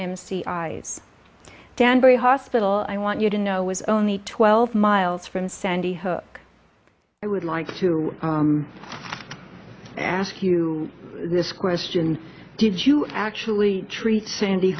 i danbury hospital i want you to know was only twelve miles from sandy hook i would like to ask you this question did you actually treat sandy